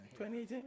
2018